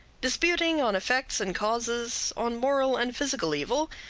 disputing on effects and causes, on moral and physical evil,